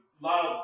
love